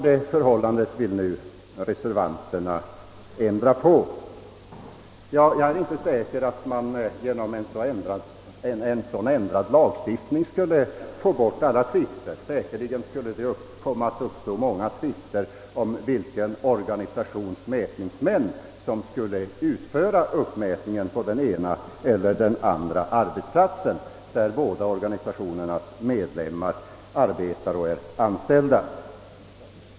Detta förhållande vill nu reservanterna ändra på. Jag är inte säker på att man genom en sådan ändring av lagen skulle undvika alla tvister. Säkerligen skulle det uppstå många tvister om vilken organisations mätningsmän som skulle utföra uppmätningen på den ena eller den andra arbetsplatsen där båda organisationernas medlemmar arbetar.